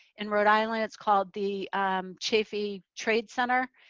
in rhode island, it's called the um chafee trade center.